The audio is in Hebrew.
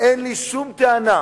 אין לי שום טענה,